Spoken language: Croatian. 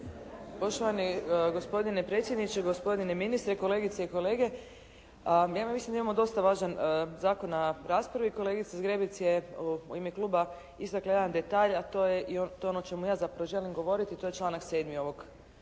Poštovani gospodine predsjedniče, gospodine ministre, kolegice i kolege. Ja mislim da imamo dosta važan zakon na raspravi, kolegica Zgrebec je u ime kluba istakla jedan detalj, a to je ono o čemu ja